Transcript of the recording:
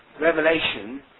Revelation